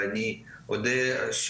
אני מודה על